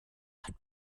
hat